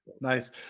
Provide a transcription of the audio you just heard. nice